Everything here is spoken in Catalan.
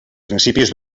principis